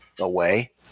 away